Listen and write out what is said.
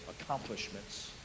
accomplishments